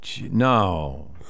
No